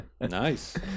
nice